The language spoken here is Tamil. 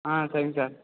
ஆ சரிங் சார்